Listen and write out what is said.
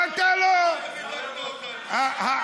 אדוני,